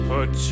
Put